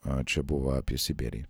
čia buvo apie sibirį